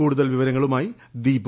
കൂടുതൽ വിവരങ്ങളുമായി ദീപു